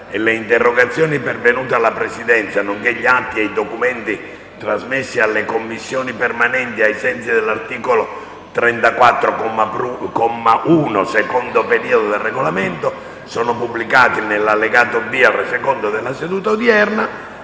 le interrogazioni pervenute alla Presidenza, nonché gli atti e i documenti trasmessi alle Commissioni permanenti ai sensi dell'articolo 34, comma 1, secondo periodo, del Regolamento sono pubblicati nell'allegato B al Resoconto della seduta odierna.